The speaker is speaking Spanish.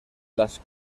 las